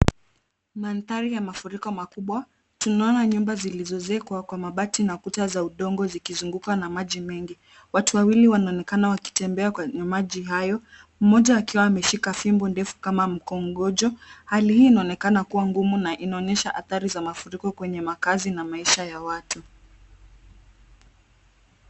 Mandhari ya mafuriko makumbwa. Tunaona nyumba zilizozekwa kwa mabati na kuta za udongo zikizungukwa na maji mengi. Watu wawili wanaonekana wakitembea kwenye maji hayo mmoja akiwa ameshika fimbo ndefu kama mukongojo. Hali hii inaonekana kuwa ngumu na inaonyesha athari ya mafuriko kwenye makazi na maisha ya watu.